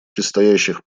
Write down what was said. предстоящих